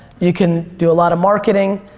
you can do a lot of marketing,